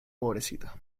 pobrecita